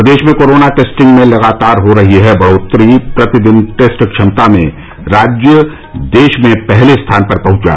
प्रदेश में corona testing में लगातार हो रही है बढ़ोत्तरी प्रतिदिन टेस्ट क्षमता में राज्य देश में पहले स्थान पर पहुंचा